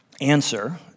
answer